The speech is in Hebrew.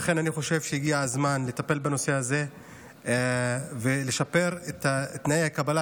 אני חושב שהגיע הזמן לטפל בנושא הזה ולשפר את תנאי הקבלה,